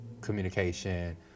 communication